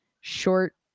short